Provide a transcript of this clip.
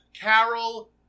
Carol